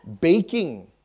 Baking